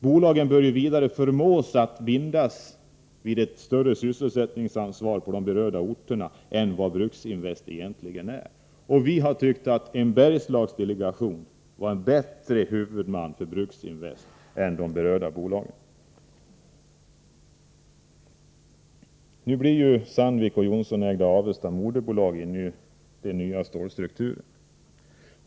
Bolagen bör vidare förmås att bindas vid ett större sysselsättningsansvar på de berörda orterna än vad Bruksinvest egentligen står för. Vi har tyckt att en Bergslagsdelegation vore en bättre huvudman för Bruksinvest än de berörda bolagen. Nu blir ju Sandvik och Johnsonägda Avesta Jernverks AB moderbolag i den nya stålstrukturen.